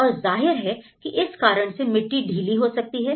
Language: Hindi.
और जाहिर है कि इस कारण से मिट्टी ढीली हो सकती है